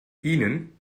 ihnen